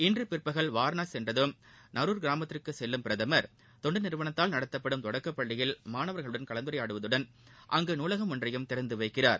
இன்று பிற்பகல் வாரணாசி சென்றதும் நருர் கிராமத்திற்கு செல்லும் பிரதமர் தொண்டு நிறுவனத்தால் தொடக்கப்பள்ளியில் மாணவா்களுடன் கலந்துரையாடுவதுடன் அங்கு நூலகம் ஒன்றையும் நடத்தப்படும் திறந்து வைக்கிறார்